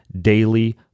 daily